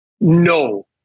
No